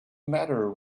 matter